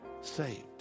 saved